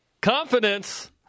Confidence